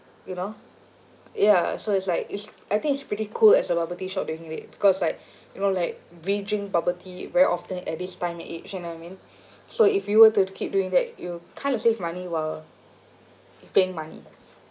you know ya so it's like it's I think it's pretty cool as a bubble tea shop doing it because like you know like we drink bubble tea very often at this time and age you know what I mean so if you were to keep doing that you kind of save money while you paying money